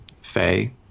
Faye